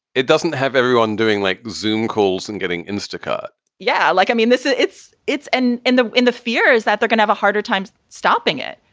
it doesn't have everyone doing like zoom calls and getting instacart yeah. like i mean this is it's it's in the in the fears that they're gonna have a harder time stopping it.